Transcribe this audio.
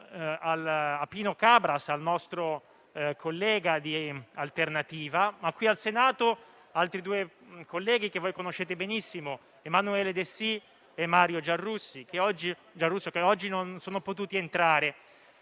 a Pino Cabras, il nostro collega di L'alternativa c'è, e qui al Senato ad altri due colleghi che voi conoscete benissimo: Emanuele Dessì e Mario Giarrusso, che oggi non sono potuti entrare.